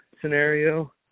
scenario